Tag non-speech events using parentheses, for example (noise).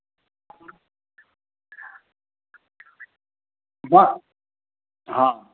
(unintelligible) हाँ